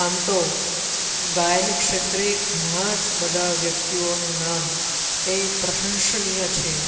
આમ તો ગાયનિક ક્ષેત્રે ઘણા જ બધા વ્યકતિઓનું નામ એ પ્રસંશનિય છે